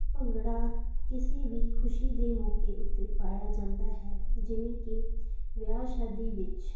ਭੰਗੜਾ ਕਿਸੇ ਵੀ ਖੁਸ਼ੀ ਦੇ ਮੌਕੇ ਉੱਤੇ ਪਾਇਆ ਜਾਂਦਾ ਹੈ ਜਿਵੇਂ ਕਿ ਵਿਆਹ ਸ਼ਾਦੀ ਵਿੱਚ